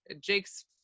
Jake's